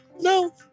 No